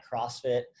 CrossFit